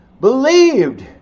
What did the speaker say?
believed